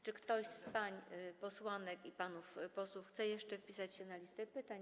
Czy ktoś z pań posłanek i panów posłów chce jeszcze wpisać się na listę pytających?